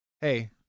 hey